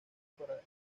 para